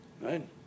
Right